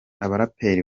abaraperi